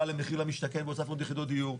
למחיר למשתכן והוספנו עוד יחידות דיור.